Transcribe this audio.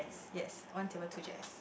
yes one table two chairs